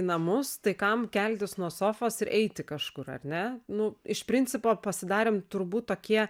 į namus tai kam keltis nuo sofos ir eiti kažkur ar ne nu iš principo pasidarėm turbūt tokie